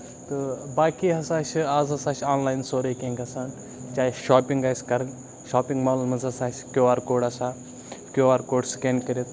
تہٕ باقی ہسا چھِ اَز ہسا چھِ آن لاین سورُے کیٚنہہ گژھان چاہے شوپِنگ آسہِ کَرٕنۍ شوپِنگ مالَن منٛز ہسا کیو آر کوڈ آسان کیو آر کوڈ سِکین کٔرِتھ